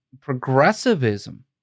progressivism